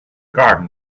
garden